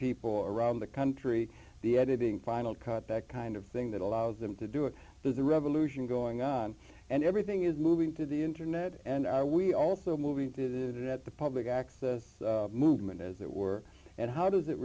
people around the country the editing final cut that kind of thing that allows them to do it through the revolution going on and everything is moving to the internet and we also movie did it at the public access movement as it were and how does it